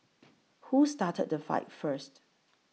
who started the fight first